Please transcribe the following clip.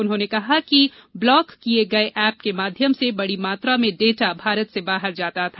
उन्होंने कहा कि ब्लॉक किए गए ऐप के माध्यम से बड़ी मात्रा में डाटा भारत से बाहर जाता था